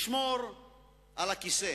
לשמור על הכיסא,